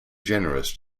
generous